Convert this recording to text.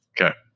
Okay